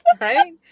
Right